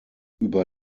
über